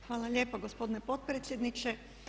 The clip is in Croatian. Hvala lijepa gospodine potpredsjedniče.